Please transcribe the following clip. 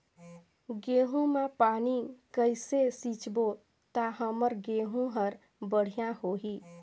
गहूं म पानी कइसे सिंचबो ता हमर गहूं हर बढ़िया होही?